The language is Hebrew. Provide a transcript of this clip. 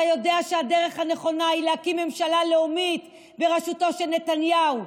אתה יודע שהדרך הנכונה היא להקים ממשלה לאומית בראשותו של נתניהו,